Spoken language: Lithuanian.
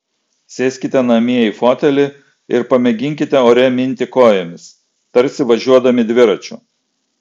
sėskite namie į fotelį ir pamėginkite ore minti kojomis tarsi važiuodami dviračiu